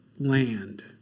land